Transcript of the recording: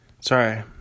Sorry